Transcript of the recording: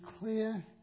clear